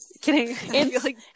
kidding